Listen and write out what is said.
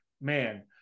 man